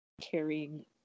carrying